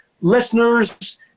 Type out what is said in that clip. Listeners